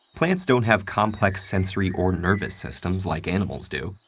plants don't have complex sensory or nervous systems like animals do,